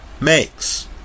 makes